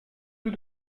tout